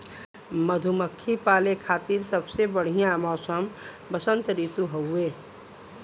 मधुमक्खी पाले खातिर सबसे बढ़िया मौसम वसंत ऋतु हउवे